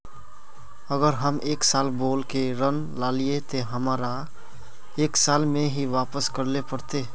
अगर हम एक साल बोल के ऋण लालिये ते हमरा एक साल में ही वापस करले पड़ते?